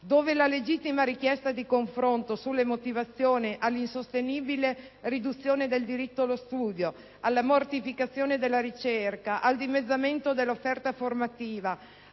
dove la legittima richiesta di confronto sulle motivazioni all'insostenibile riduzione del diritto allo studio, alla mortificazione della ricerca, al dimezzamento dell'offerta formativa,